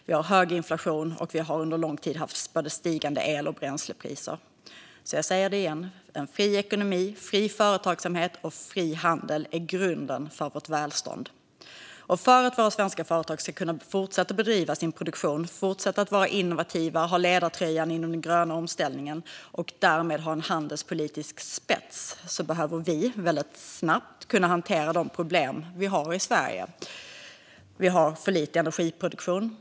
Vi har hög inflation, och vi har under lång tid haft stigande el och bränslepriser. Jag säger det igen: En fri ekonomi, fri företagsamhet och fri handel är grunden för vårt välstånd. För att våra svenska företag ska kunna fortsätta att bedriva sin produktion, vara innovativa, ha ledartröjan inom den gröna omställningen och därmed ha en handelspolitisk spets behöver vi väldigt snabbt kunna hantera de problem vi har i Sverige. Vi har för lite energiproduktion.